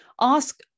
Ask